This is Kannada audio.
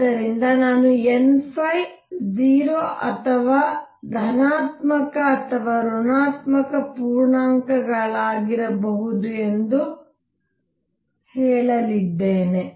ಆದ್ದರಿಂದ ನಾನು n 0 ಅಥವಾ ಧನಾತ್ಮಕ ಅಥವಾ ಋಣಾತ್ಮಕ ಪೂರ್ಣಾಂಕಗಳಾಗಿರಬಹುದು ಎಂದು ಹೇಳಲಿದ್ದೇನೆ